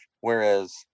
whereas